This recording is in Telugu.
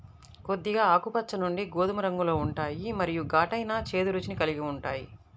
కొద్దిగా ఆకుపచ్చ నుండి గోధుమ రంగులో ఉంటాయి మరియు ఘాటైన, చేదు రుచిని కలిగి ఉంటాయి